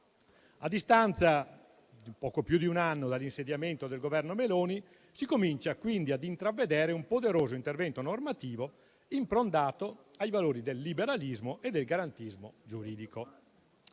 A distanza di poco più di un anno dall'insediamento del Governo Meloni, si comincia quindi a intravedere un poderoso intervento normativo improntato ai valori del liberalismo e del garantismo giuridico.